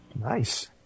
Nice